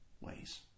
ways